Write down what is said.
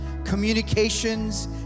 communications